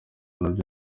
nabyo